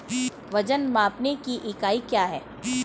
वजन मापने की इकाई क्या है?